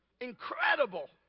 incredible